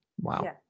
wow